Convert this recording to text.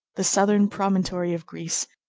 the southern promontory of greece,